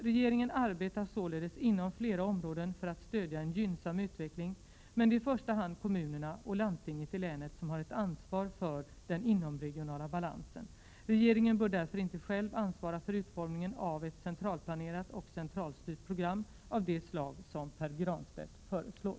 Regeringen arbetar således inom flera områden för att stödja en gynnsam utveckling, men det är i första hand kommunerna och landstinget i länet som har ett ansvar för den inomregionala balansen. Regeringen bör därför inte själv ansvara för utformningen av ett centralplanerat och centralstyrt program av det slag som Pär Granstedt föreslår.